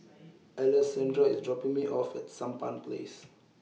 Alessandra IS dropping Me off At Sampan Place